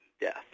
death